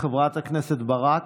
חברת הכנסת ברק,